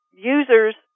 user's